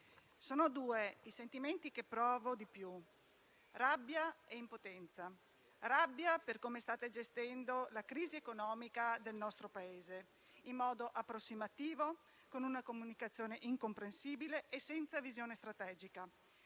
sono due i sentimenti che provo di più: rabbia e impotenza. Provo rabbia per come state gestendo la crisi economica del nostro Paese in modo approssimativo, con una comunicazione incomprensibile e senza visione strategica;